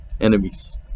enemies